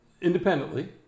independently